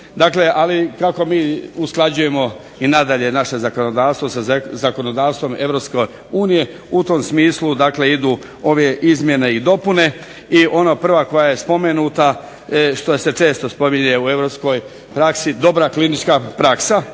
kako mi usklađujemo i nadalje svoje zakonodvstvo sa zakonodavstvom Europske unije u tom smislu idu ove izmjene i dopune i ona prva koja je spomenuta koja se često spominje u Europskoj praksi, dobra klinička praksa,